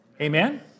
Amen